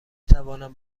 توانم